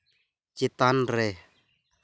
ᱪᱮᱛᱟᱱ ᱨᱮ